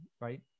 right